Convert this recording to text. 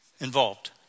involved